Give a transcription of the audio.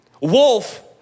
wolf